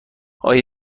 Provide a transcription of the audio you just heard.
آیا